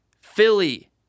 Philly